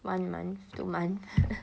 one month two month